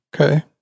Okay